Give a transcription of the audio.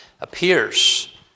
appears